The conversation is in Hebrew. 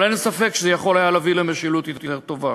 אבל אין ספק שזה היה יכול להביא למשילות יותר טובה.